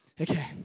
okay